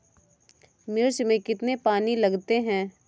मिर्च में कितने पानी लगते हैं?